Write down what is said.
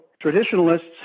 Traditionalists